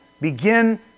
begin